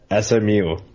SMU